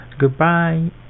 goodbye